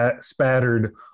spattered